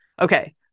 Okay